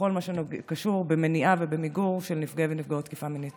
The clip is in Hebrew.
בכל הקשור במניעה ובמיגור של פגיעה ותקיפה מינית.